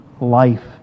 life